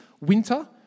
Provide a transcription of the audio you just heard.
winter